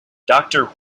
doctor